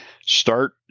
start